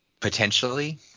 Potentially